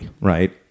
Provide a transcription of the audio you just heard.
right